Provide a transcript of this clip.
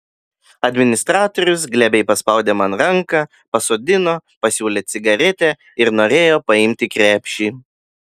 administratorius glebiai paspaudė man ranką pasodino pasiūlė cigaretę ir norėjo paimti krepšį